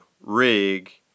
rig